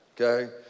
okay